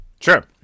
Sure